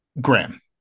Graham